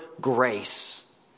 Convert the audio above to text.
grace